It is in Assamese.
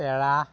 পেৰা